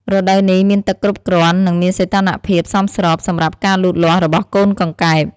រដូវនេះមានទឹកគ្រប់គ្រាន់ និងមានសីតុណ្ហភាពសមស្របសម្រាប់ការលូតលាស់របស់កូនកង្កែប។